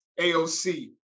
AOC